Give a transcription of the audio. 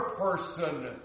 person